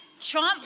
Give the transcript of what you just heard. Trump